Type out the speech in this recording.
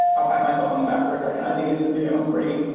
i'll pat myself on the back for a second. i think it's yeah um pretty